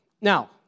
Now